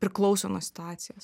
priklauso nuo situacijos